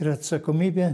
ir atsakomybę